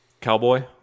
cowboy